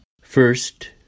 First